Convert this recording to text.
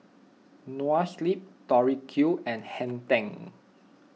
Noa Sleep Tori Q and Hang ten